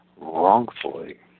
wrongfully